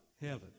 heaven